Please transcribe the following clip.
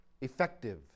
effective